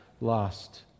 lost